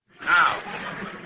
Now